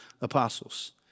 apostles